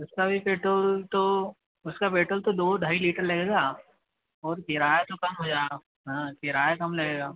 उसका भी पेट्रोल तो उसका पेट्रोल तो दो ढाई लीटर लगेगा और किराया तो कम हो जाए हाँ किराया कम लगेगा